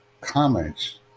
comments